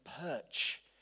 perch